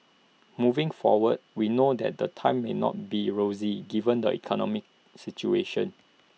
moving forward we know that the times may not be rosy given the economic situation